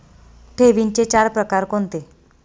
ठेवींचे चार प्रकार कोणते?